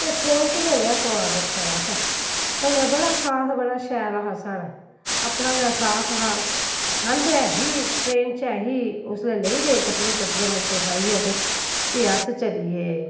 ते ट्रेन च गै रेहा समान रक्खे दा असें उसलै बड़ा साथ बड़ा शैल हा साढ़ा अपना गै साथ हा ठंड ऐही ट्रेन च ऐही उसलै लेई दे हे कपड़े शपड़े मुट्टे पाइये ते भी अस चलिये